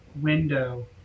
window